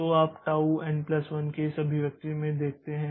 तो आप tau n1 tau n1 की इस अभिव्यक्ति में देखते हैं